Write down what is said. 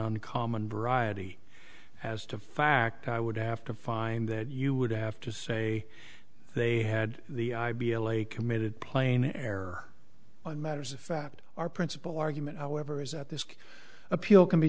uncommon variety as to fact i would have to find that you would have to say they had the i b m lay committed plain error on matters of fact our principal argument however is that this appeal can be